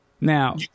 Now